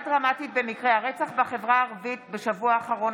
דרמטית במקרי הרצח בחברה הערבית בשבוע האחרון.